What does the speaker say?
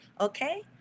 Okay